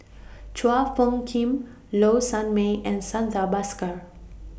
Chua Phung Kim Low Sanmay and Santha Bhaskar